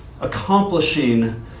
accomplishing